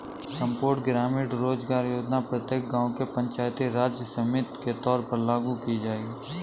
संपूर्ण ग्रामीण रोजगार योजना प्रत्येक गांव के पंचायती राज समिति के तौर पर लागू की जाएगी